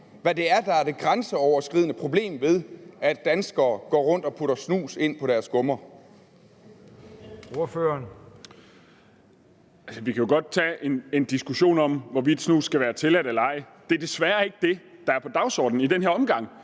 hvad det er, der er det grænseoverskridende problem ved, at danskerne går rundt og putter snus ind på deres gummer. Kl. 10:05 Formanden: Ordføreren. Kl. 10:05 Jens Joel (S): Altså, vi kan jo godt tage en diskussion om, hvorvidt snus skal være tilladt eller ej, men det er desværre ikke det, der er på dagsordenen i den her omgang.